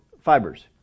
fibers